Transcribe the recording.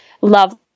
love